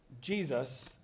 Jesus